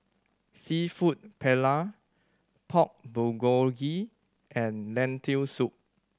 Seafood Paella Pork Bulgogi and Lentil Soup